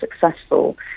successful